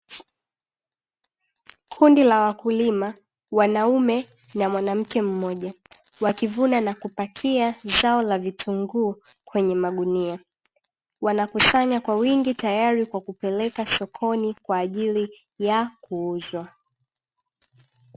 Kundi la wakulima, wanaume na mwanamke mmoja wakivuna na kupakia zao la vitunguu kwenye magunia. Wanakusanya kwa wingi tayari kwa kupeleka sokoni kwaajili ya kuuzwa.